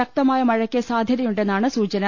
ശക്തമായ മഴയ്ക്ക് സാധ്യതയുണ്ടെന്നാണ് സൂചന